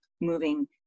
moving